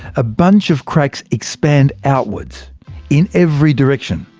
a bunch of cracks expand outwards in every direction,